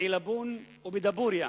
בעילבון ובדבורייה.